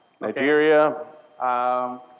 Nigeria